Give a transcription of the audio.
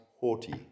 haughty